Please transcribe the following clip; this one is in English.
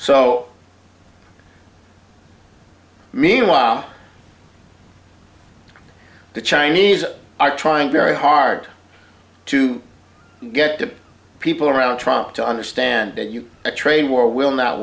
so meanwhile the chinese are trying very hard to get the people around trump to understand that you a trade war will not